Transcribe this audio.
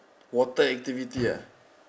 water activity ah